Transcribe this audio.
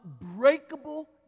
unbreakable